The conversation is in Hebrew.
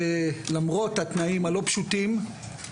למרות התנאים הלא פשוטים,